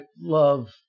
love